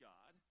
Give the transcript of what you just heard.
God